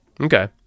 Okay